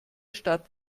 stadt